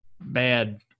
bad